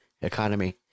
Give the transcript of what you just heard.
economy